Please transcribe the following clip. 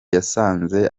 yasanze